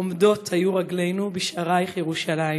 עֹמדות היו רגלינו בשעריִך ירושלם.